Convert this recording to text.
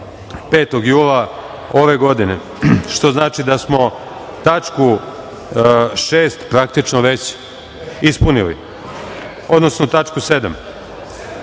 25. jula ove godine, što znači da smo tačku 7. praktično već ispunili. Ispunili smo i tačku 6.